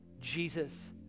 Jesus